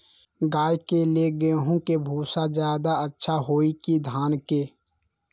गाय के ले गेंहू के भूसा ज्यादा अच्छा होई की धान के?